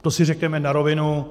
To si řekněme na rovinu.